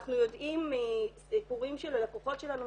אנחנו יודעים מסיפורים של הלקוחות שלנו,